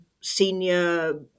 senior